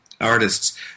artists